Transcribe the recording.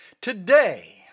Today